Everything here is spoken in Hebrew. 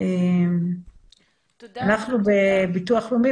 אנחנו בביטוח לאומי,